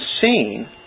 seen